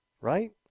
Right